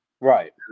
Right